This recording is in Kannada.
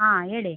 ಹಾಂ ಹೇಳಿ